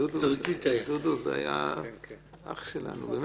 דודו היה אח שלנו.